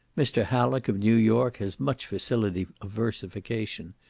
mr. hallock, of new york, has much facility of versification,